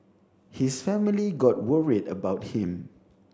his family got worried about him